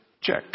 check